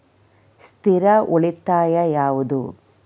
ಸ್ಥಿರ ಉಳಿತಾಯ ಯಾವುದು?